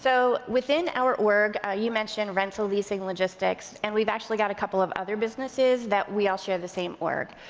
so within our org, ah you mentioned rental, leasing, logistics, and we've actually got a couple of other businesses that we all share the same org.